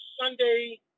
Sunday